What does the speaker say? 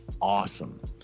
awesome